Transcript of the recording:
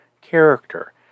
character